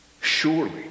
Surely